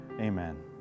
Amen